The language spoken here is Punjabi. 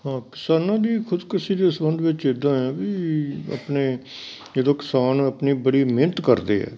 ਹਾਂ ਕਿਸਾਨਾਂ ਦੀ ਖੁਦਕੁਸ਼ੀ ਦੇ ਸੰਬੰਧ ਵਿੱਚ ਇੱਦਾਂ ਹੈ ਵੀ ਆਪਣੇ ਜਦੋਂ ਕਿਸਾਨ ਆਪਣੀ ਬੜੀ ਮਿਹਨਤ ਕਰਦੇ ਹੈ